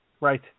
Right